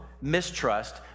mistrust